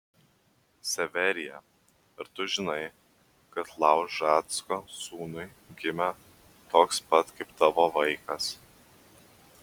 severija ar tu žinai kad laužacko sūnui gimė toks pat kaip tavo vaikas